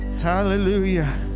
hallelujah